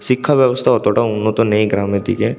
শিক্ষা ব্যবস্থা অতটা উন্নত নেই গ্রামের দিকে